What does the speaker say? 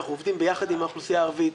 אנחנו עובדים ביחד עם האוכלוסייה הערבית,